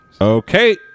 Okay